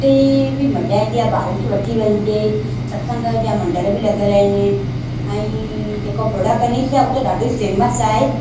हुते बि मज़ा ईंदी आहे ॿारनि खे वठी वञिजे सत्संग जा मंडल बि लॻियल आहिनि ऐं जेको बड़ा गनेश आहे उहो त ॾाढो ई फेमस आहे